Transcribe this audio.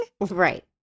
Right